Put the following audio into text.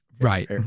Right